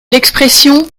l’expression